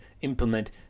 implement